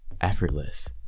effortless